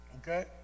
Okay